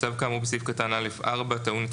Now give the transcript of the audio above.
(ב)צו כאמור בסעיף קטן (א)(4) טעון את